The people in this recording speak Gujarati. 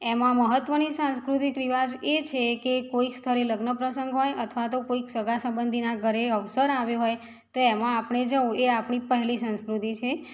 એમાં મહત્ત્વની સાંસ્કૃતિક રિવાજ એ છે કે કોઈક સ્થળે લગ્ન પ્રસંગ હોય અથવા તો કોઈક સગા સબંધીનાં ઘરે અવસર આવ્યો હોય તો એમાં આપણે જવું એ આપણી પહેલી સંસ્કૃતિ છે